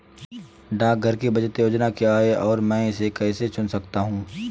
डाकघर की बचत योजनाएँ क्या हैं और मैं इसे कैसे चुन सकता हूँ?